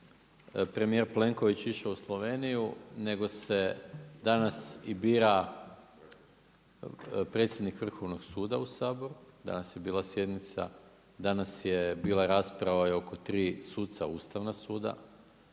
premijer Plenković išao u Sloveniju nego se danas i bira predsjednik Vrhovnog suda u Saboru, danas je bila sjednica, danas je bila rasprava i oko tri suca Ustavnog suda,